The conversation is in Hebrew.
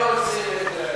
הם לא רוצים את,